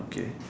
okay